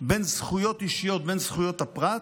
ההבדל בין זכויות אישיות, בין זכויות הפרט,